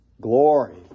glory